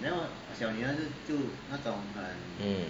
mm